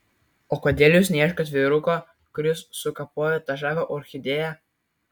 o kodėl jūs neieškot vyruko kuris sukapojo tą žavią orchidėją